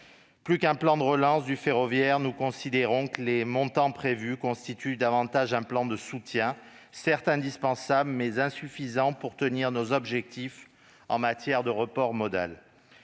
Plus qu'un plan de relance du ferroviaire, nous considérons que les montants prévus constituent un plan de soutien, certes indispensable, mais insuffisant pour tenir nos objectifs en matière de report modal.